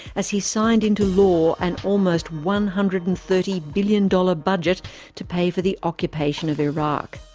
as he signed into law an almost one hundred and thirty billion dollars budget to pay for the occupation of iraq.